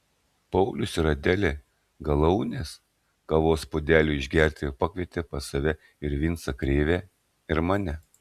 paulius ir adelė galaunės kavos puodeliui išgerti pakvietė pas save ir vincą krėvę ir mane